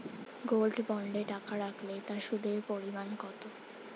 Gold বন্ডে টাকা রাখলে তা সুদের পরিমাণ কত?